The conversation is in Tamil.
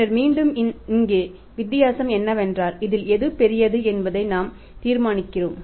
பின்னர் மீண்டும் இங்கே வித்தியாசம் என்னவென்றால் இதில் எது பெரியது என்பதை நாம் தீர்மானித்திருக்கிறோம்